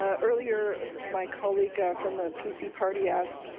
ah earlier my colleague from the p c. party asked,